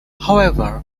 however